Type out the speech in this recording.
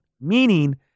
meaning